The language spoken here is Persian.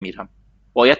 میرم، باید